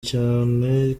cyane